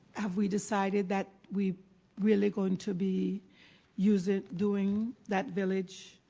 have we decided that we really going to be used it doing that village